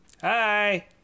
Hi